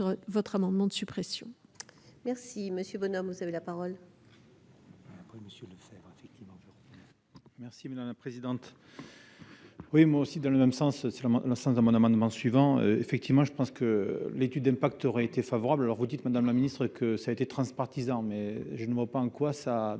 merci Monsieur Bonhomme, vous avez la parole. Merci, mais dans la présidente oui, moi aussi, dans le même sens, c'est mon amendement suivant : effectivement, je pense que l'étude d'impact aurait été favorable alors vous dites, madame la ministre, que ça a été transpartisan mais je ne vois pas en quoi ça